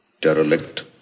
derelict